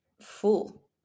full